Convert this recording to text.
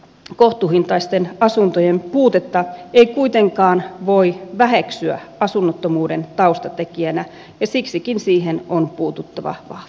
kohtuuhintaisten asuntojen puutetta ei kuitenkaan voi väheksyä asunnottomuuden taustatekijänä ja siksikin siihen on puututtava vahvasti